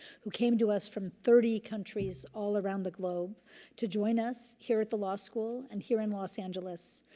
who came to us from thirty countries all around the globe to join us here at the law school and here in los angeles,